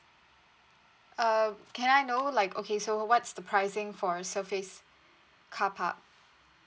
uh can I know like okay so what's the pricing for a surface car park